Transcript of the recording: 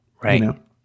Right